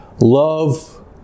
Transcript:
Love